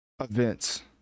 events